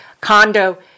condo